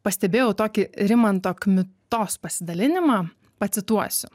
pastebėjau tokį rimanto kmitos pasidalinimą pacituosiu